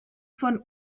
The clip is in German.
von